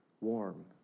Warm